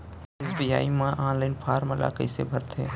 SBI म online form ल कइसे भरथे?